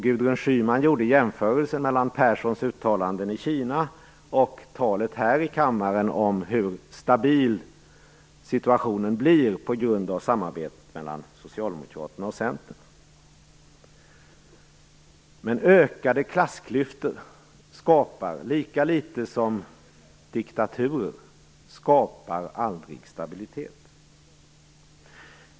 Gudrun Schyman jämförde då Göran Perssons uttalanden i Kina med talet här i kammaren om hur stabil situationen blir på grund av samarbetet mellan Socialdemokraterna och Centern. Men ökade klassklyftor skapar aldrig stabilitet, lika litet som diktaturer.